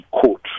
court